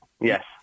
Yes